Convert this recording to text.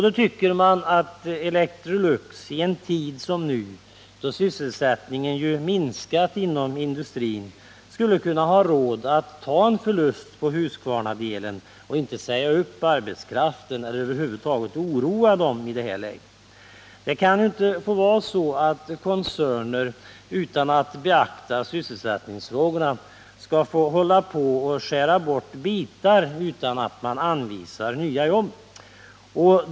Då tycker man att Electrolux ien tid som nu, då sysselsättningen minskat inom industrin, skulle kunna ha råd att ta en förlust på Husqvarnadelen och inte säga upp arbetskraften eller över huvud taget oroa den i det här läget. Det kan inte få vara så, att koncerner skall få bortse från sysselsättningsfrågorna och skära bort bitar utan att anvisa nya jobb.